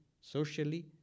socially